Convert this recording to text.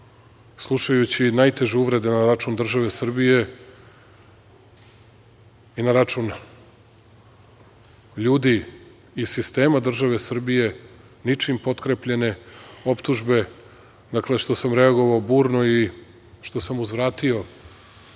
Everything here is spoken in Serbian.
slušajući najteže uvrede na račun države Srbije i na račun ljudi iz sistema države Srbije, ničim potkrepljene optužbe, reagovao burno i što sam uzvratio